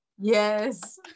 Yes